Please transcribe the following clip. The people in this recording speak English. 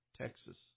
Texas